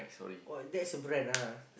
oh that's a brand ah